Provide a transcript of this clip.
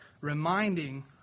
reminding